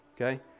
okay